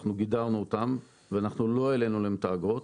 אנחנו גידרנו אותם ואנחנו לא העלנו להם את האגרות.